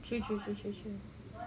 true true true true true